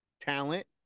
Talent